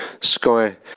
sky